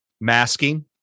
masking